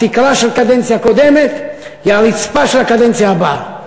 התקרה של קדנציה קודמת היא הרצפה של הקדנציה הבאה.